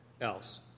else